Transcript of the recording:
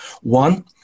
One